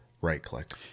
right-click